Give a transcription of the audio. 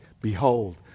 Behold